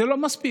זה לא מספיק.